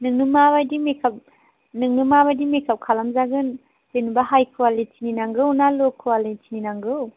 नोंनो माबायदि मेकआप नोंङो माबायदि मेकआप खालामजागोन जेनेबा हाइ क्वालिटिनि नांगौ ना ल' क्वालिटिनि नांगौ